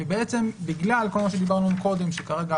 ובעצם בגלל כל מה שדיברנו קודם שכרגע